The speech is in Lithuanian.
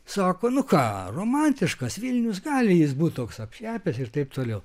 sako nu ką romantiškas vilnius gali jis buvo toks apšepęs ir taip toliau